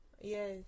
Yes